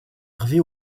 hervé